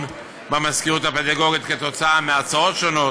במזכירות הפדגוגית כתוצאה מהצעות שונות.